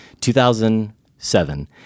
2007